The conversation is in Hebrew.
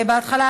בהתחלה,